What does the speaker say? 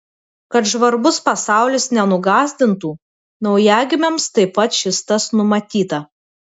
kad žvarbus pasaulis nenugąsdintų naujagimiams taip pat šis tas numatyta